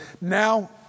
now